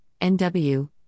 NW